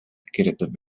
kirjutab